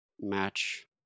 match